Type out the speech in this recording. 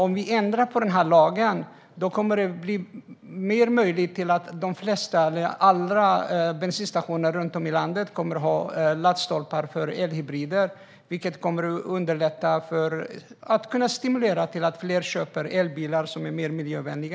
Om vi ändrar på lagen kommer de flesta eller alla bensinstationer runt om i landet att ha möjlighet att ha laddstolpar för elhybrider, vilket kommer att stimulera fler till att köpa elbilar, som är mer miljövänliga.